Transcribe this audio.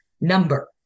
number